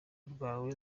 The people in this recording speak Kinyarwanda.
rwawe